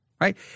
right